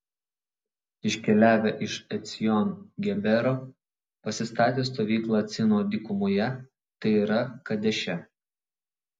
iškeliavę iš ecjon gebero pasistatė stovyklą cino dykumoje tai yra kadeše